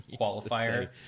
qualifier